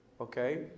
Okay